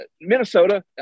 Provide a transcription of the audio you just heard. Minnesota